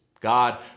God